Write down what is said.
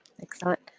Excellent